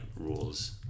rules